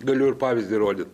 galiu ir pavyzdį rodyt